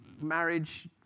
marriage